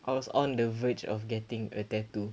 I was on the verge of getting a tattoo